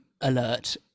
alert